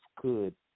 good